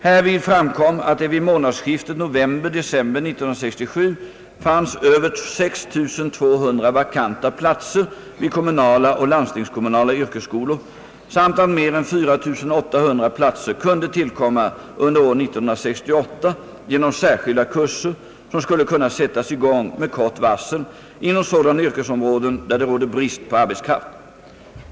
Härvid framkom att det vid månadsskiftet november—december 1967 fanns över 6 200 vakanta platser vid kommunala och landstingskommunala yrkesskolor samt att mer än 4800 platser kunde tillkomma under år 1968 genom särskilda kurser, som skulle kunna sättas i gång med kort varsel inom sådana yrkesområden där det råder brist på arbetskraft.